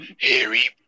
Harry